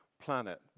planet